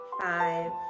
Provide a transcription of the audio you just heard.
Five